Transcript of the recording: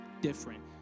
different